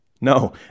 No